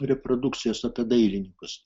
reprodukcijos apie dailininkus